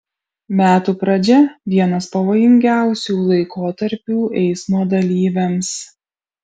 metų pradžia vienas pavojingiausių laikotarpių eismo dalyviams